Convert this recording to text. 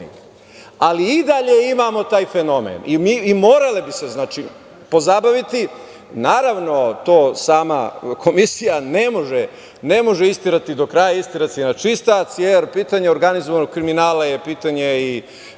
ali i dalje imamo taj fenomen i morali bi se pozabaviti. Naravno, to sama Komisija ne može isterati do kraja, isterati na čistac, jer pitanje organizovanog kriminala je pitanje i